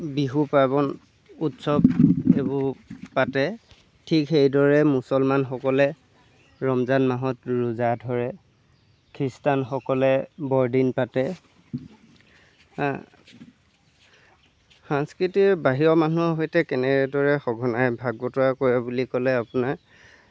বিহু পাৰ্ৱন উৎসৱ এইবোৰ পাতে ঠিক সেইদৰে মুছলমানসকলে ৰমজান মাহত ৰোজা ধৰে খ্ৰীষ্টানসকলে বৰদিন পাতে সংস্কৃতিৰ বাহিৰৰ মানুহৰ সৈতে কেনেদৰে সঘনাই ভাগ বতৰা কৰে বুলি ক'লে আপোনাৰ